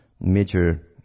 major